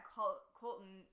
Colton